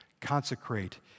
Consecrate